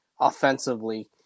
offensively